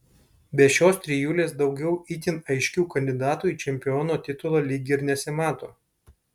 be šios trijulės daugiau itin aiškių kandidatų į čempiono titulą lyg ir nesimato